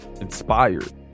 inspired